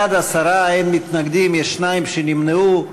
בעד, 10, אין מתנגדים, שני נמנעים.